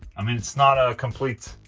i mean, it's not a complete,